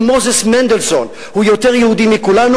כי מוזס מנדלסון הוא יותר יהודי מכולנו,